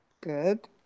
Good